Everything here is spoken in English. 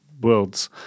worlds